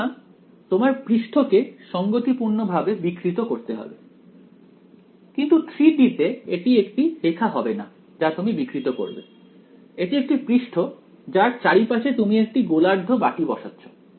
সুতরাং তোমার পৃষ্ঠকে সঙ্গতিপূর্ণভাবে বিকৃত করতে হবে কিন্তু 3 D তে এটি একটি রেখা হবে না যা তুমি বিকৃত করবে এটি একটি পৃষ্ঠ যার চারপাশে তুমি একটি গোলার্ধ বাটি বসাচ্ছ